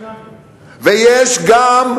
ויש גם,